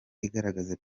igaragaza